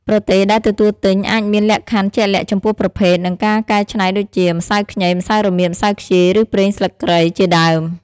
ប្រទេសដែលទទួលទិញអាចមានលក្ខខណ្ឌជាក់លាក់ចំពោះប្រភេទ និងការកែច្នៃដូចជា ម្សៅខ្ញី ម្សៅរមៀត ម្សៅខ្ជាយ ឬ ប្រេងស្លឹកគ្រៃ ជាដើម។